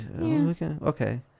okay